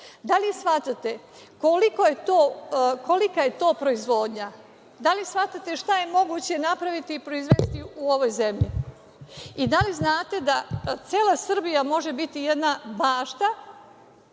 da li shvatate kolika je to proizvodnja? Da li shvatate šta je moguće napraviti i proizvesti u ovoj zemlji? Da li znate da cela Srbija može biti jedna bašta,